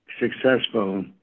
successful